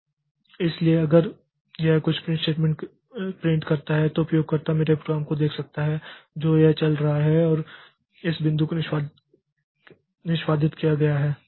इसलिए अगर यह कुछ प्रिंट करता है तो उपयोगकर्ता मेरे प्रोग्राम को देख सकता है जो यह चल रहा है और इसे इस बिंदु तक निष्पादित किया गया है